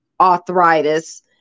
arthritis